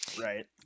right